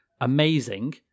amazing